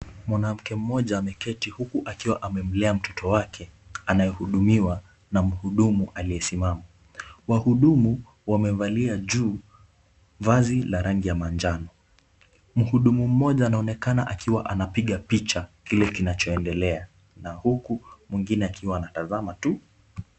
Mwanamke mmoja ameketi huku akiwa amemlea mtoto wake anayehudumiwa na mhudumu aliyesimama. Wahudumu wamevalia juu vazi la rangi ya manjano. Mhudumu mmoja anaonekana akiwa anampiga picha kile kinachoendelea na huku mwingine akiwa anatazama tu.